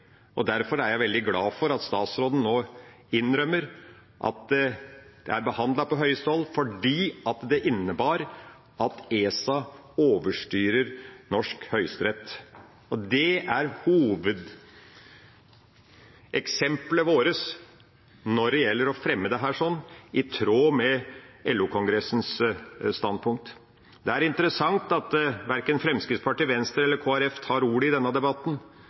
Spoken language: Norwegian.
og derfor er jeg veldig glad for at statsråden nå innrømmer at det er behandlet på høyeste hold fordi det innebar at ESA overstyrer norsk Høyesterett. Det er hovedeksemplet vårt når det gjelder å fremme dette i tråd med LO-kongressens standpunkt. Det er interessant at verken Fremskrittspartiet, Venstre eller Kristelig Folkeparti tar ordet i denne debatten.